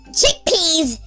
chickpeas